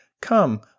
Come